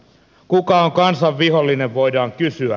kuka on kansan vihollinen voidaan kysyä